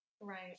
Right